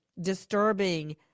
disturbing